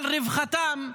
על רווחתם,